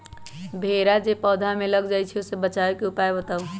भेरा जे पौधा में लग जाइछई ओ से बचाबे के उपाय बताऊँ?